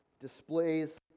displays